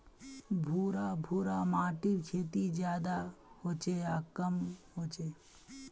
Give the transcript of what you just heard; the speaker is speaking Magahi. भुर भुरा माटिर खेती ज्यादा होचे या कम होचए?